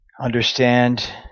understand